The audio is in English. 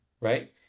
right